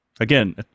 Again